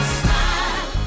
smile